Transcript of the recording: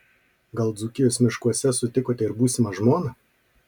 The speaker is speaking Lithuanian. gal dzūkijos miškuose sutikote ir būsimą žmoną